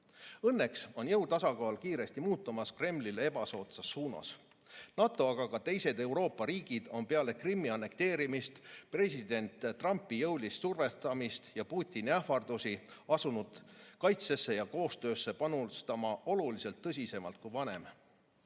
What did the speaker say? Õnneks on jõutasakaal kiiresti muutumas Kremlile ebasoodsas suunas. NATO, aga ka teised Euroopa riigid on peale Krimmi annekteerimist, president Trumpi jõulist survestamist ja Putini ähvardusi asunud kaitsesse ja koostöösse panustama oluliselt tõsisemalt kui varem.